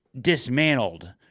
dismantled